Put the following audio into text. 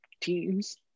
teams